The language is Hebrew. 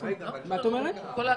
(הישיבה נפסקה בשעה 10:08 ונתחדשה בשעה 10:55.) אני פותח את הישיבה.